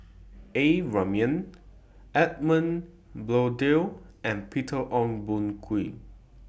A Ramli Edmund Blundell and Peter Ong Boon Kwee